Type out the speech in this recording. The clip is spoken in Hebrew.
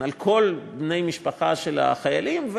על כל בני המשפחה של החיילים,